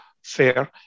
Fair